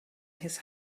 his